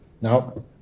Now